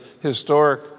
historic